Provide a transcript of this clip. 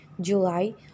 July